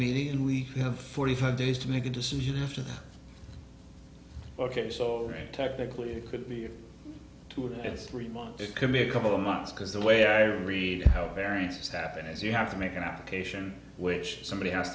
meeting and we have forty five days to make a decision after that ok so technically it could be two that's three months it could be a couple of months because the way i read how variance happened is you have to make an application which somebody has